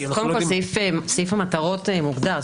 סעיף המטרות מוגדר.